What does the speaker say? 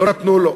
לא נתנו לו.